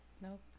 Nope